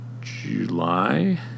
July